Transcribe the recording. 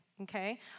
Okay